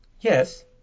Yes